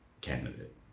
candidate